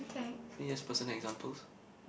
this is personal examples